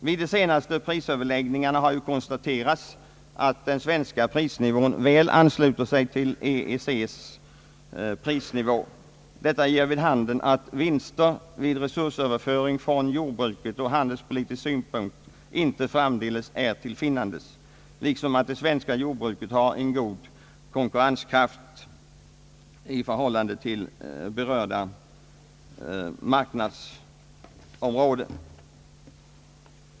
Vid de senaste prisöverläggningarna har ju konstaterats, att den svenska prisnivån väl ansluter sig till EEC:s prisnivå. Detta ger vid handen att vinster vid resursöverföring från jordbruket ur handelspolitisk synpunkt inte framdeles är till finnandes, liksom att det svenska jordbruket har en god konkurrenskraft i förhållande till berörda marknadsområde.